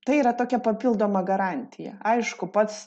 tai yra tokia papildoma garantija aišku pats